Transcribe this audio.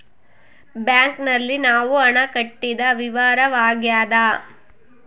bank ನಲ್ಲಿ ನಾವು ಹಣ ಕಟ್ಟಿದ ವಿವರವಾಗ್ಯಾದ